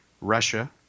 Russia